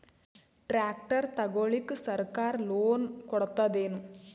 Tractor ತಗೊಳಿಕ ಸರ್ಕಾರ loan ಕೊಡತದೇನು?